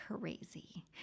crazy